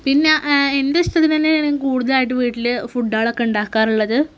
പിന്നെ എൻ്റെ ഇഷ്ടത്തിന് തന്നെയാണ് ഞാൻ കൂടുതലായിട്ട് വീട്ടിൽ ഫുഡ്ഡുകളൊക്കെ ഉണ്ടാക്കാറുള്ളത്